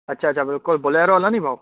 अच्छा अच्छा बिल्कुलु बोलेरो हलंदी भाउ